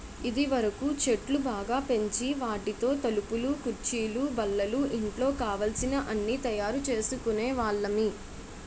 ఇదివరకు చెట్లు బాగా పెంచి వాటితో తలుపులు కుర్చీలు బల్లలు ఇంట్లో కావలసిన అన్నీ తయారు చేసుకునే వాళ్ళమి